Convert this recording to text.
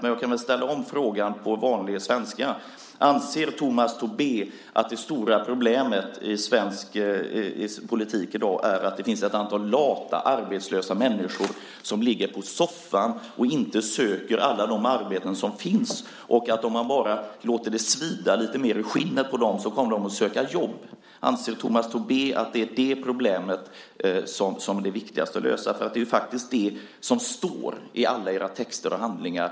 Men jag kan ställa om frågan på vanlig svenska: Anser Tomas Tobé att det stora problemet i svensk politik i dag är att det finns ett antal lata arbetslösa människor som ligger på soffan och inte söker alla de arbeten som finns och att om man bara låter det svida lite mer i skinnet på dem så kommer de att söka jobb? Anser Tomas Tobé att det är det problemet som är det viktigaste att lösa? Det är faktiskt det som står i alla era texter och handlingar.